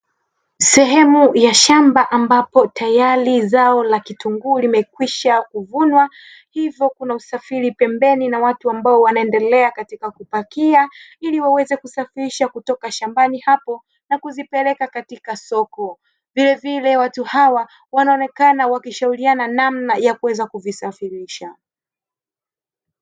Sehemu ya shamba ambapo tayari zao la kitunguu limekwisha kuvunwa, hivyo kuna usafiri pembeni na watu ambao wanaendelea katika kupakia ili waweze kusafirisha kutoka shambani hapo na kuziweka katika soko. Vilevile, watu hawa wanaonekana wakishauriana namna ya kuweza kuvisafirisha.